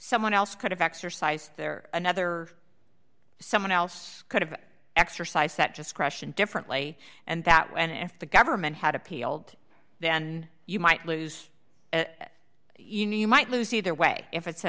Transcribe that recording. someone else could have exercised there another someone else could have exercise that discretion differently and that way and if the government had appealed then you might lose you know you might lose either way if it's a